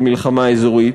של מלחמה אזורית,